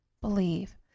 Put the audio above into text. Believe